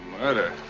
murder